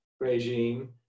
regime